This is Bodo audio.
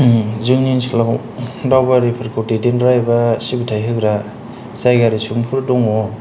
जोंनि ओनसोलाव दाबायारिफोरखौ दैदेनग्रा एबा सिबिथाय होग्रा जायगा दङ